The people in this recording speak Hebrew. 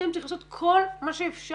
אתם צריכים לעשות כל מה שאפשר